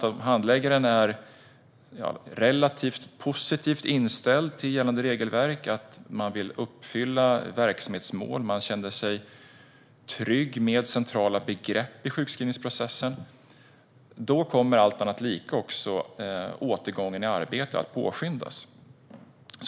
Om handläggaren är relativt positivt inställd till gällande regelverk, vill uppfylla gällande verksamhetsmål och känner sig trygg med centrala begrepp i sjukskrivningsprocessen kommer, allt annat lika, återgången i arbete att påskyndas.